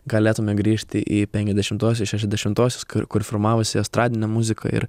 galėtume grįžti į penkiasdešimtuosius šešiasdešimtuosius kur formavosi estradinė muzika ir